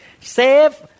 Save